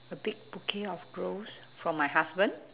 a big bouquet of rose for my husband